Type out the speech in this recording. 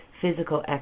physical